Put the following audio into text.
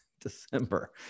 december